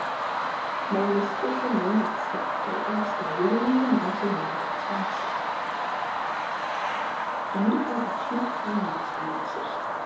monistische monatshefte juli